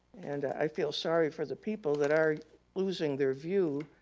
and i feel sorry for the people that are losing their view.